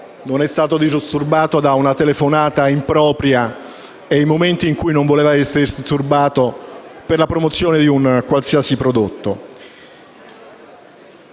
non è stato disturbato da una telefonata impropria, in momenti in cui non voleva esserlo, per la promozione di un qualsiasi prodotto?